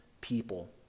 people